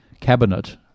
cabinet